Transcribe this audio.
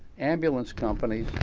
ambulance companies,